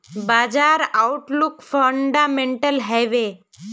बाजार outlook fundamental हैवै?